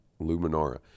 Luminara